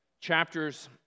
Chapters